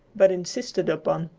but insisted upon.